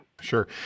Sure